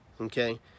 okay